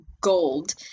gold